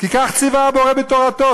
כי כך ציווה הבורא בתורתו,